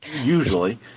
usually